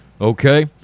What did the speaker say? Okay